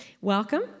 Welcome